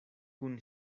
kun